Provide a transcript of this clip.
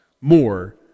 more